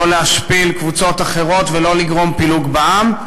לא להשפיל קבוצות אחרות ולא לגרום פילוג בעם.